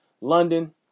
London